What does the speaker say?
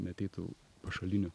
neateitų pašalinių